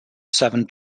seven